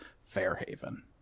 Fairhaven